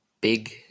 big